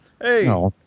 Hey